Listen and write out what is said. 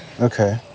Okay